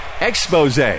expose